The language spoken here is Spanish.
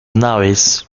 naves